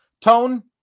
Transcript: tone